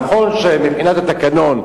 נכון שמבחינת התקנון,